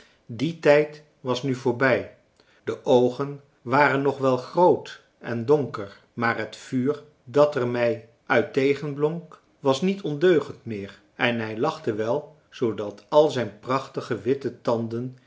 die tijd was nu voorbij de oogen waren nog wel groot en donker maar het vuur dat er mij uit tegenblonk was niet ondeugend meer en hij lachte wel zoodat al zijn prachtige witte tanden